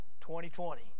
2020